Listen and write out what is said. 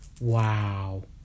Wow